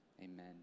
Amen